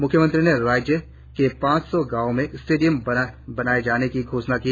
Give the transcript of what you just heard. मुख्यमंत्री ने राज्य के पांच सौ गांवों में स्टेडियम बनाए जाने की घोषणा की